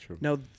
no